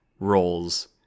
roles